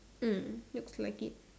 mm looks like it